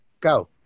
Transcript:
Go